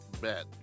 Bet